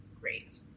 Great